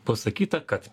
pasakyta kad